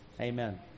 Amen